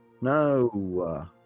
No